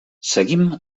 seguim